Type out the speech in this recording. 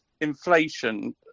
inflation